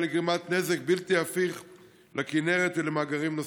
לגרימת נזק בלתי הפיך לכינרת ולמאגרים נוספים.